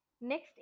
next